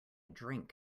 drink